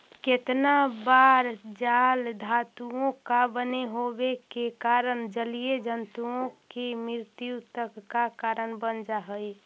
केतना बार जाल धातुओं का बने होवे के कारण जलीय जन्तुओं की मृत्यु तक का कारण बन जा हई